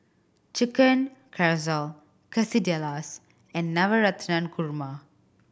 Chicken Casserole Quesadillas and Navratan Korma